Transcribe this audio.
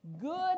Good